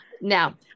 Now